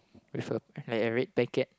with a like a red packet